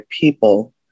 people